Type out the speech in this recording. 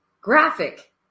graphic